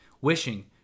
wishing